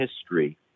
history